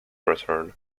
return